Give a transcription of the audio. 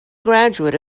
graduate